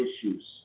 issues